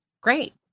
Great